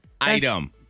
item